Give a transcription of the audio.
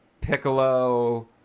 piccolo